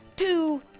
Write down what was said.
Two